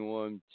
one